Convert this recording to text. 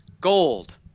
gold